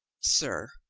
sir,